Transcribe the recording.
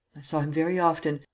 saw him very often.